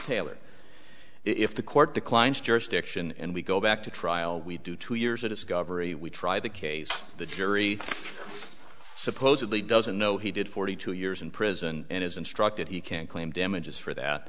taylor if the court declines jurisdiction and we go back to trial we do two years a discovery we try the case the jury supposedly doesn't know he did forty two years in prison and as instructed he can't claim damages for that